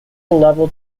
level